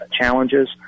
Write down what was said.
challenges